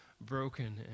broken